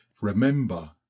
Remember